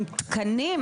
עם תקנים.